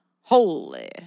holy